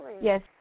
yes